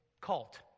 cult